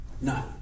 None